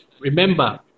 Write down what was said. remember